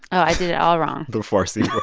i did it all wrong. the farsi